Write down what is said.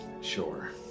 Sure